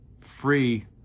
free